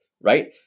right